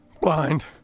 Blind